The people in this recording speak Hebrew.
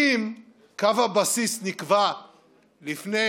אם קו הבסיס נקבע לפני